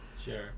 Sure